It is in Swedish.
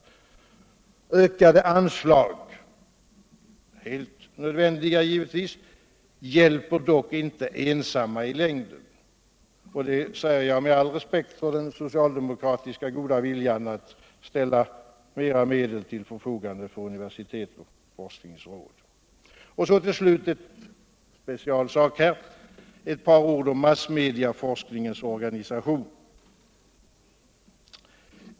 Enbart ökade anslag — givetvis helt nödvändiga — hjälper inte i längden. Det säger jag med all respekt för den socialdemokratiska goda viljan att ställa mer medel till förfogande för universitet och forskningsråd. Till slut vill jag säga ett par ord speciellt om massmedicforskningsorganisationen.